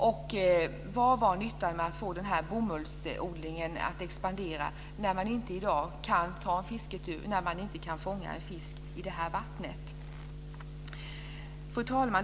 Och vad var nyttan med att få bomullsodlingen att expandera, när man i dag inte kan ta en fisketur och fånga en fisk i det här vattnet? Fru talman!